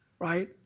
right